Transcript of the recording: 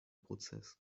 prozess